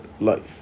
life